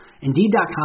Indeed.com